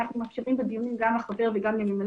אנחנו מאפשרים בדיונים גם לחבר וגם לממלא